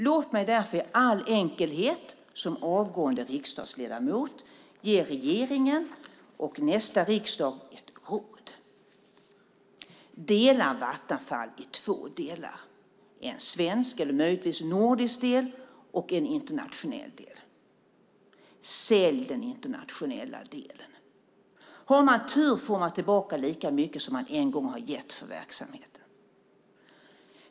Låt mig därför i all enkelhet som avgående riksdagsledamot ge regeringen och nästa riksdag ett råd: Dela Vattenfall i två delar, en svensk eller möjligtvis nordisk del och en internationell del. Sälj den internationella delen. Har man tur får man tillbaka lika mycket som man en gång har gett för verksamheten.